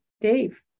Dave